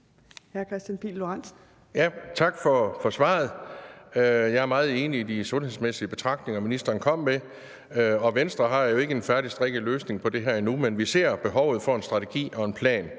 Tak for svaret. Jeg er meget enig i de sundhedsmæssige betragtninger, som ministeren kom med. Venstre har jo ikke en færdigstrikket løsning på det her endnu, men vi ser behovet for en strategi og en plan,